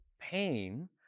pain